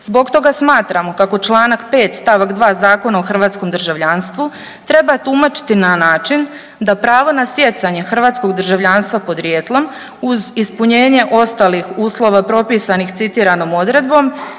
Zbog toga smatramo kako čl. 5. st. 2. Zakona o hrvatskom državljanstvu treba tumačiti na način da pravo na stjecanje hrvatskog državljanstva podrijetlom uz ispunjenje ostalih uslova propisanih citiranom odredbom